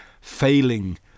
failing